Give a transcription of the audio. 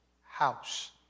house